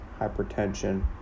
hypertension